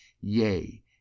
Yea